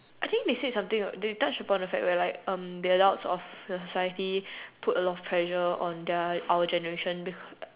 I think they said something about they touch upon the fact where like um the adults of society put a lot of pressure on their our generation